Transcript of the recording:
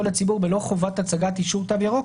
לציבור בלא חובת הצגת אישור "תו ירוק",